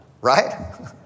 Right